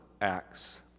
acts